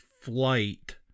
Flight